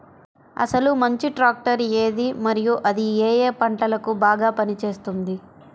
అసలు మంచి ట్రాక్టర్ ఏది మరియు అది ఏ ఏ పంటలకు బాగా పని చేస్తుంది?